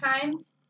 times